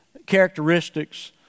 characteristics